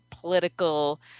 political